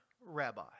rabbi